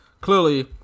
clearly